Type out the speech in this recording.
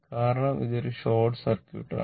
കാരണം ഇത് ഒരു ഷോർട്ട് സർക്യൂട്ട് ആണ്